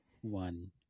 one